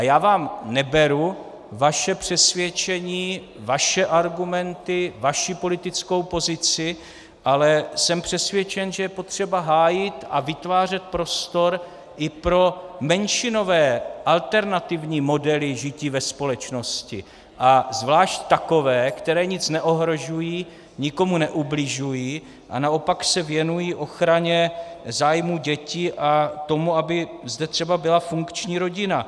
Já vám neberu vaše přesvědčení, vaše argumenty, vaši politickou pozici, ale jsem přesvědčen, že je potřeba hájit a vytvářet prostor i pro menšinové alternativní modely žití ve společnosti, a zvláště takové, které nic neohrožují, nikomu neubližují a naopak se věnují ochraně zájmů dětí a tomu, aby zde třeba byla funkční rodina.